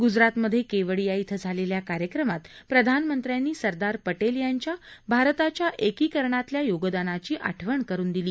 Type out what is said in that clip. गुजरातमधे केवडिया इथं झालेल्या कार्यक्रमात प्रधानमंत्र्यांनी सरदार पटेल यांच्या भारताच्या एकीकरणातल्या योगदानाची आठवण करुन दिली